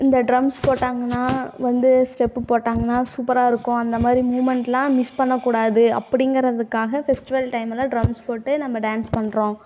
இந்த ட்ரம்ஸ் போட்டாங்கனால் வந்து ஸ்டெப்பு போட்டாங்கனால் சூப்பராக இருக்கும் அந்த மாதிரி மூவ்மெண்ட்லாம் மிஸ் பண்ணக்கூடாது அப்படிங்கிறதுக்காக ஃபெஸ்டிவல் டைமில் டிரம்ஸ் போட்டு நம்ம டான்ஸ் பண்ணுறோம்